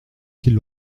qu’il